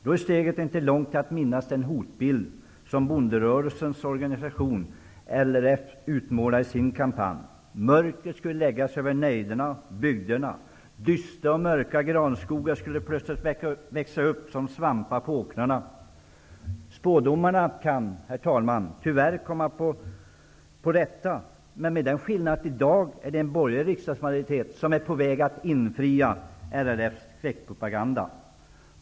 Då är steget inte långt till att minnas den hotbild som bonderörelsens organisation LRF utmålade i sin kampanj. Mörkret skulle lägga sig över nejderna och bygderna. Dystra och mörka granskogar skulle plötsligt växa upp som svampar på åkrarna. Herr talman! Tyvärr kan spådomarna komma att infrias, men med den skillnaden att det i dag är en borgerlig riksdagsmajoritet som håller på att infria LRF:s skräckpropaganda.